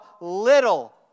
little